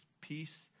peace